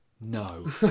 no